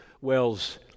wells